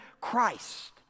Christ